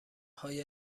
های